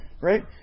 Right